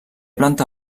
planta